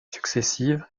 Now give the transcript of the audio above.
successives